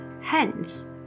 Hence